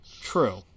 True